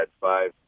five